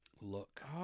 look